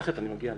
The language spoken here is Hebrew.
אגיע להכול.